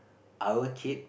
our kid